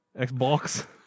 Xbox